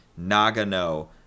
nagano